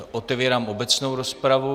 Otevírám obecnou rozpravu.